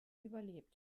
überlebt